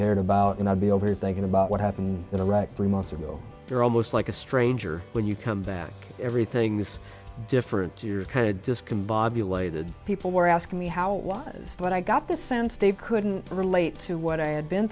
cared about and i'd be over thinking about what happened in iraq three months ago they're almost like a stranger when you come back everything is different you're kind of discombobulated people were asking me how it was but i got the sounds they've couldn't relate to what i had been